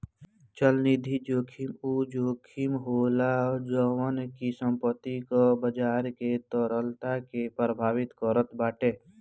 चलनिधि जोखिम उ जोखिम होला जवन की संपत्ति कअ बाजार के तरलता के प्रभावित करत बाटे